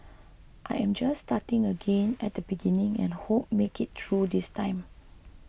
I am just starting again at the beginning and hope to make it through this time